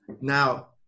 now